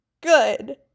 Good